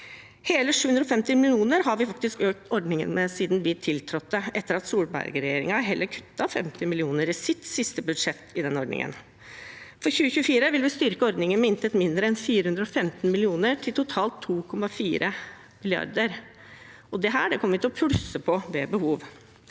Hele 750 mill. kr har vi faktisk økt ordningen med siden vi tiltrådte, etter at Solberg-regjeringen kuttet 50 mill. kr i sitt siste budsjett i denne ordningen. For 2024 vil vi styrke ordningen med intet mindre enn 415 mill. kr til totalt 2,4 mrd. kr, og dette kommer vi til å plusse på ved behov.